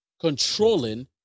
controlling